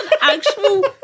actual